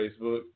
Facebook